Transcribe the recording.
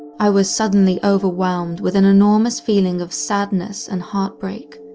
i was suddenly overwhelmed with an enormous feeling of sadness and heartbreak,